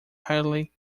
highly